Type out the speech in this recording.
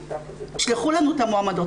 תשלחו לנו מועמדות'.